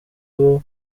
uwo